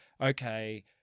okay